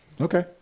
Okay